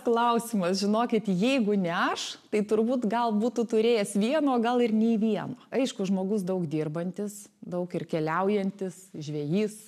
klausimas žinokit jeigu ne aš tai turbūt gal būtų turėjęs vieną o gal ir nei vieno aišku žmogus daug dirbantis daug ir keliaujantis žvejys